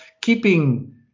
keeping